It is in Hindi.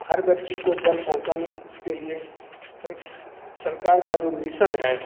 हर व्यक्ति को जल पहुँचाने के लिए सरकार का जो मिसन है